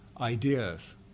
ideas